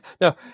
no